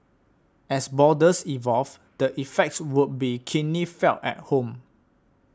as borders evolve the effects would be keenly felt at home